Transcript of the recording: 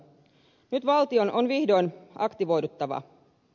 nyt valtion on vihdoin aktivoiduttava